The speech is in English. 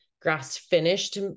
grass-finished